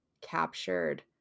captured